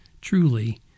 truly